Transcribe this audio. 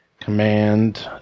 command